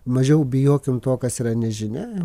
mažiau bijokim to kas yra nežinia